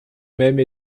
même